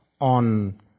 on